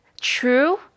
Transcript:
true